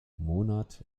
monat